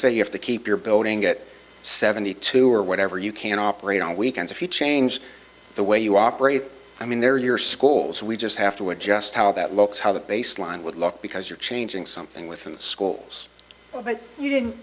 say you have to keep your building get seventy two or whatever you can operate on weekends if you change the way you operate i mean they're your schools we just have to adjust how that looks how the baseline would look because you're changing something within the schools but you didn't